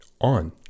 on